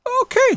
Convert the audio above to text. Okay